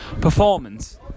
performance